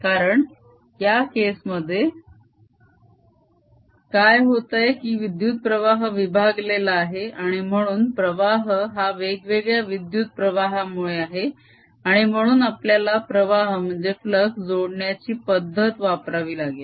कारण या केस मध्ये काय होतंय की विद्युत्प्रवाह विभागलेला आहे आणि म्हणून प्रवाह हा वेगवेगळ्या विद्युत प्रवाहामुळे आहे आणि म्हणून आपल्याला प्रवाह जोडण्याची पद्धत वापरावी लागेल